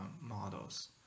models